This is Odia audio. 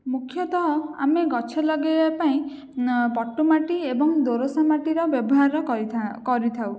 ମୁଖ୍ୟତଃ ଆମେ ଗଛ ଲଗାଇବା ପାଇଁ ପଟୁମାଟି ଏବଂ ଦୋରସା ମାଟିର ବ୍ୟବହାର କରିଥାଉ